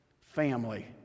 family